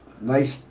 nice